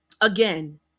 again